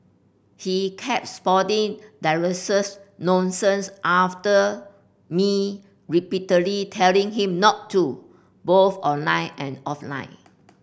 he kept spouting derisive nonsense after me repeatedly telling him not to both online and offline